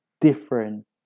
different